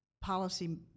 policy